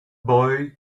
boy